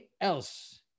else